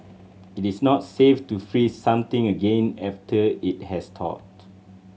it is not safe to freeze something again after it has thawed